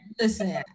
Listen